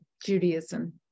Judaism